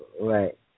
Right